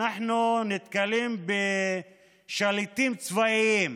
אנחנו נתקלים בשליטים צבאיים,